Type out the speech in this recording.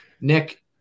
Nick